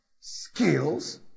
skills